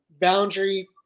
Boundary